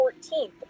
14th